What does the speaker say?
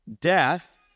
death